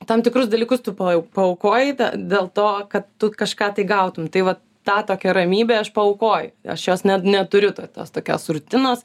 tam tikrus dalykus tu pa paaukoji ta dėl to kad tu kažką gautum tai va tą tokia ramybę aš paaukoju aš jos net neturiu tos tokios rutinos